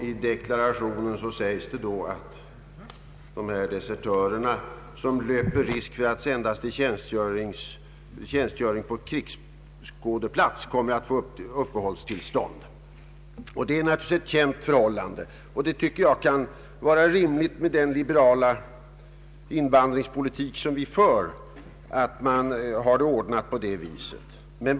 I den deklarationen sägs det att desertörer som löper risk att sändas till tjänstgöring på krigsskådeplats kommer att få uppehållstillstånd. Det är naturligtvis ett känt förhållande, och med den liberala invandringspolitik som vi för tycker jag att det kan vara rimligt att ha det ordnat på det sättet.